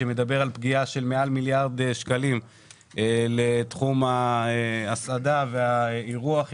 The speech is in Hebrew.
שמדבר על פגיעה של מעל מיליארד שקלים בתחום ההסעדה והאירוח,